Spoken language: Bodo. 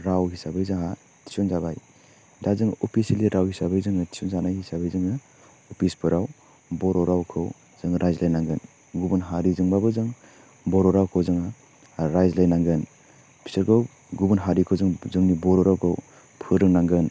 राव हिसाबै जोहा थिसनजाबाय दा जों अफिसेलि राव हिसाबै जोङो थिसन जानाय हिसाबै जोङो अफिसफोराव बर' रावखौ जोङो रायज्लायनांगोन गुबुन हारिजोंबाबो जों बर' रावखौ जोङो रायज्लायनांगोन बिसोरखौ गुबुन हारिखौ जों जोंनि बर' रावखौ फोरोंनांगोन